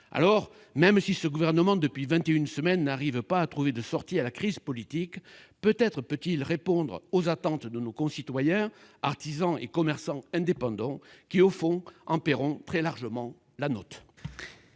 Alors, même si ce gouvernement, depuis vingt et une semaines, ne parvient pas à trouver de sortie à la crise politique, peut-être peut-il répondre aux attentes de nos concitoyens artisans et commerçants indépendants, qui, au fond, en paieront très largement la note